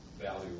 value